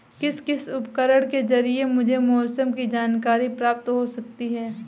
किस किस उपकरण के ज़रिए मुझे मौसम की जानकारी प्राप्त हो सकती है?